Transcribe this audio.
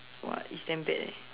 !wah! it's damn bad eh